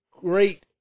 great